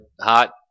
hot